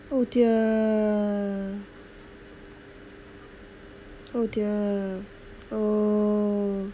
oh dear oh dear oh